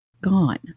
gone